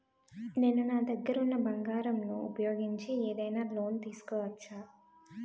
నేను నా దగ్గర ఉన్న బంగారం ను ఉపయోగించి ఏదైనా లోన్ తీసుకోవచ్చా?